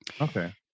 Okay